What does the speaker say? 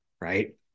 right